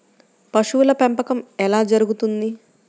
పశువుల పెంపకం ఎలా జరుగుతుంది?